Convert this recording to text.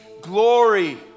glory